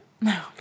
no